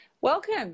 Welcome